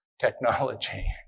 technology